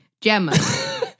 Gemma